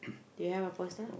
do you have a poster